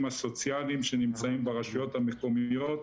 הסוציאליים שנמצאים ברשויות המקומיות.